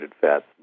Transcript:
fats